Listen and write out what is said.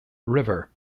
river